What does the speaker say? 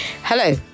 Hello